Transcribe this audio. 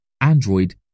Android